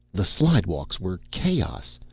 the slidewalks were chaos.